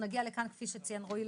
כפי שציין רועי,